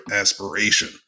aspiration